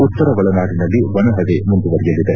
ಉತ್ತರ ಒಳನಾಡಿನಲ್ಲಿ ಒಣಹವೆ ಮುಂದುವರಿಯಲಿದೆ